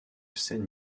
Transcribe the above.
scènes